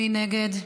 מי נגד?